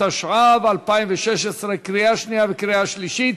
התשע"ו 2016, לקריאה שנייה וקריאה שלישית.